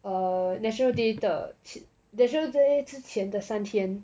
err national day 的 national day 之前的三天